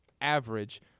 average